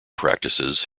practices